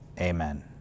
amen